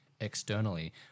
externally